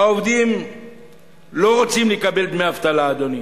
העובדים לא רוצים לקבל דמי אבטלה, אדוני,